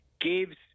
gives